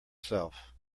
self